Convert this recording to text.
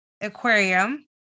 aquarium